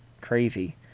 Crazy